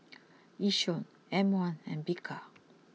Yishion M one and Bika